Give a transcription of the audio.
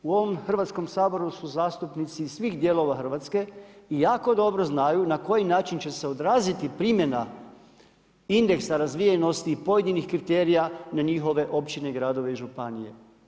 U ovom Hrvatskom saboru su zastupnici i svih dijelova Hrvatske i jako dobro znaju na koji način će se odraziti primjena indeksa razvijenosti pojedinih kriterija na njihove općine, gradove i županije.